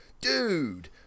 dude